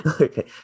Okay